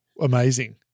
amazing